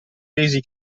pesi